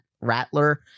Rattler